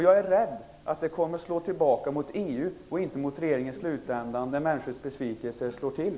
Jag är rädd att det kommer att slå tillbaka mot EU och inte mot regeringen i slutändan när människors besvikelse slår till.